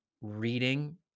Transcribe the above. reading